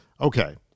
okay